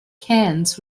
cairns